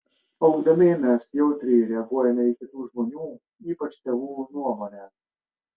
augdami mes jautriai reaguojame į kitų žmonių ypač tėvų nuomonę